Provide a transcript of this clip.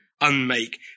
unmake